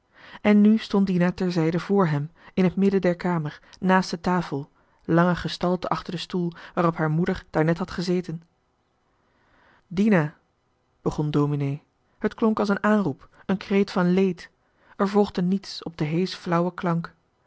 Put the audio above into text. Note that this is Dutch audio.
en nu stond dina ter zijde vr hem in het midden der kamer naast de tafel lange gestalte achter den stoel waarop haar moeder daarnet had gezeten dina begon dominee het klonk als een aanroep een kreet van leed er volgde niets op den heesch flauwen klank